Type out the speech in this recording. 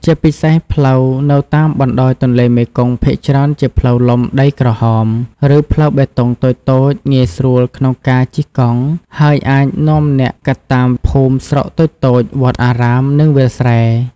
ជាពិសេស ផ្លូវនៅតាមបណ្តោយទន្លេមេគង្គភាគច្រើនជាផ្លូវលំដីក្រហម ឬផ្លូវបេតុងតូចៗងាយស្រួលក្នុងការជិះកង់ ហើយអាចនាំអ្នកកាត់តាមភូមិស្រុកតូចៗ វត្តអារាម និងវាលស្រែ។